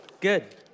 Good